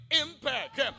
impact